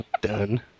Done